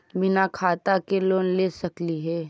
बिना खाता के लोन ले सकली हे?